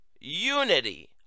unity